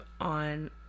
On